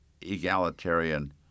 egalitarian